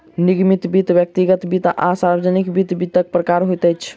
निगमित वित्त, व्यक्तिगत वित्त आ सार्वजानिक वित्त, वित्तक प्रकार होइत अछि